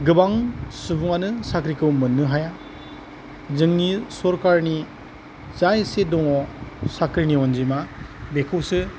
गोबां सुबुङानो साख्रिखौ मोननो हाया जोंनि सरकारनि जा एसे दङ साख्रिनि अनजिमा बेखौसो